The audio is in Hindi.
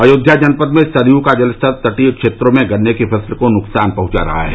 अयोध्या जनपद में सरयू का जलस्तर तटीय क्षेत्रों में गन्ने की फसल को नुकसान पहुंचा रहा है